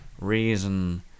reason